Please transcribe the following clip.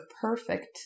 perfect